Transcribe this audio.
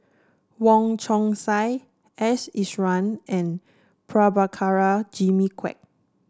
Wong Chong Sai S Iswaran and Prabhakara Jimmy Quek